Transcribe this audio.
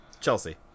Chelsea